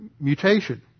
mutation